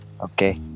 Okay